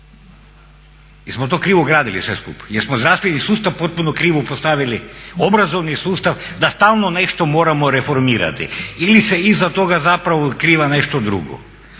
Jesmo to krivo gradili sve skupa, jesmo zdravstveni sustav potpuno krivo postavili, obrazovni sustav da stalno nešto moramo reformirati? Ili se iza toga zapravo otkriva nešto drugo?